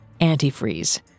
antifreeze